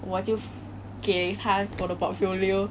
我就给他我的 portfolio